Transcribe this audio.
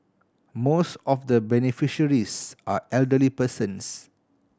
most of the beneficiaries are elderly persons